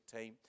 team